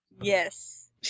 Yes